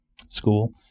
school